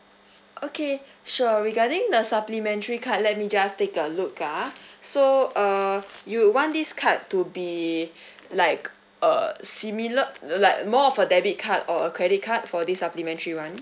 okay sure regarding the supplementary card let me just take a look ah so uh you would want this card to be like err similar like more of a debit card or a credit card for this supplementary one